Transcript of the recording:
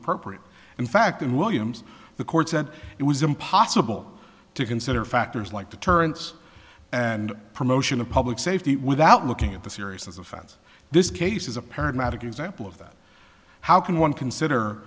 appropriate in fact in williams the court said it was impossible to consider factors like deterrence and promotion of public safety without looking at the series as offense this case is a paramedic example of that how can one consider